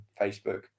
Facebook